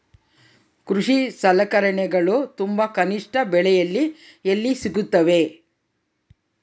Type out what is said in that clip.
ಕೃಷಿ ಸಲಕರಣಿಗಳು ತುಂಬಾ ಕನಿಷ್ಠ ಬೆಲೆಯಲ್ಲಿ ಎಲ್ಲಿ ಸಿಗುತ್ತವೆ?